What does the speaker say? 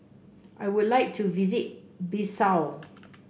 I would like to visit Bissau